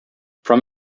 from